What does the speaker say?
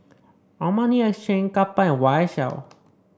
Armani Exchange Kappa and Y S L